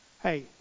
Hey